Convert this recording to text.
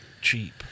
cheap